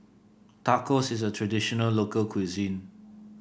tacos is a traditional local cuisine